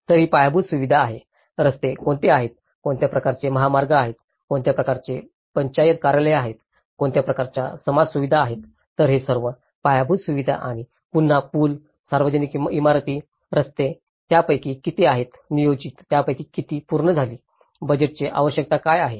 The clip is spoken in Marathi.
तर ही पायाभूत सुविधा आहे रस्ते कोणते आहेत कोणत्या प्रकारचे महामार्ग आहेत कोणत्या प्रकारचे पंचायत कार्यालये आहेत कोणत्या प्रकारच्या समाज सुविधा आहेत तर हे सर्व पायाभूत सुविधा आणि पुन्हा पूल सार्वजनिक इमारती रस्ते त्यापैकी किती आहेत नियोजित त्यापैकी किती पूर्ण झाली बजेटच्या आवश्यकता काय आहेत